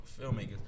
filmmakers